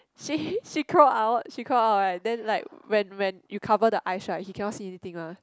she she crawl out she crawl out right then like when when you cover the eyes right he cannot see anything ah